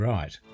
Right